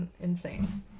insane